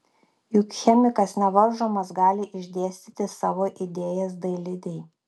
juk chemikas nevaržomas gali išdėstyti savo idėjas dailidei